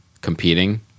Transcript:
competing